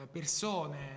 persone